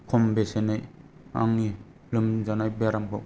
खम बेसेनै आंनि लोमजानाय बेरामखौ